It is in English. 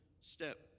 step